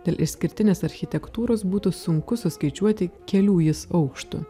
dėl išskirtinės architektūros būtų sunku suskaičiuoti kelių jis aukštų